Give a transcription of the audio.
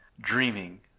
dreaming